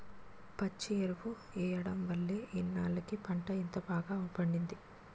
పచ్చి ఎరువు ఎయ్యడం వల్లే ఇన్నాల్లకి పంట ఇంత బాగా పండింది